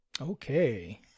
Okay